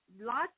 lots